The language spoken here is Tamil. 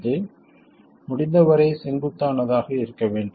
இது முடிந்தவரை செங்குத்தானதாக இருக்க வேண்டும்